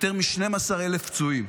יותר מ-12,000 פצועים.